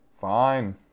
fine